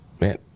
Man